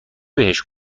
بهش